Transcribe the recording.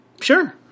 Sure